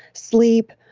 sleep,